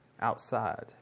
outside